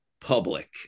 public